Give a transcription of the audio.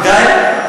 הוא אומר אדישות,